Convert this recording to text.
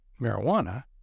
marijuana